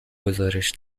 گزارش